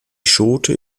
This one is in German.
schote